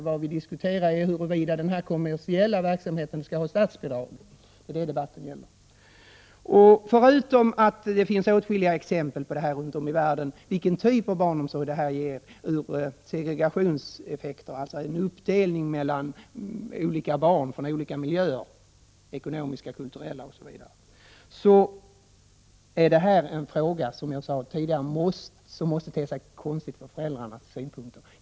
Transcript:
Vad vi diskuterar är om denna kommersiella verksamhet skall ha statsbidrag. Det är det debatten gäller. Förutom att det finns åtskilliga exempel runt om i världen på vilken typ av barnomsorg detta ger, med segregationseffekter, alltså en uppdelning mellan barn från olika ekonomiska och kulturella miljöer osv., måste detta vara en fråga som ter sig konstig från föräldrarnas synpunkt.